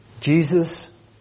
Jesus